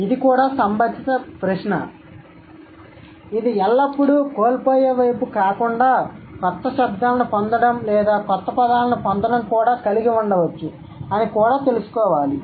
ఇది కూడా సంబంధిత ప్రశ్న ఇది ఎల్లప్పుడూ కోల్పోయే వైపుకు కాకుండా కొత్త శబ్దాలను పొందడం లేదా కొత్త పదాలను పొందడం కూడా కలిగి ఉండవచ్చు అని కూడా తెలుసుకోవాలి